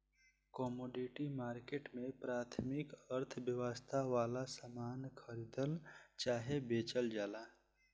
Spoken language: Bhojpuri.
कमोडिटी मार्केट में प्राथमिक अर्थव्यवस्था वाला सामान खरीदल चाहे बेचल जाला